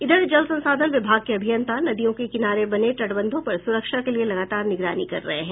इधर जल संसाधन विभाग के अभियंता नदियों के किनारे बने तटबंधों की सुरक्षा के लिए लगातार निगरानी कर रहे हैं